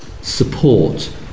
support